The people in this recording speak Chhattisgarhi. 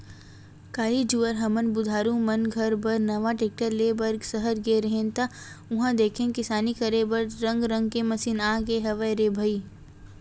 काली जुवर हमन बुधारु मन घर बर नवा टेक्टर ले बर सहर गे रेहे हन ता उहां देखेन किसानी करे बर रंग रंग के मसीन आगे हवय रे भई